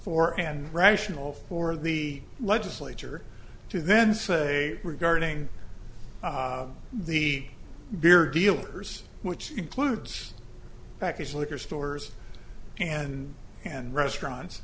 for and rational for the legislature to then say regarding the beer dealers which includes packaging liquor stores and and restaurants